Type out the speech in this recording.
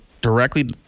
directly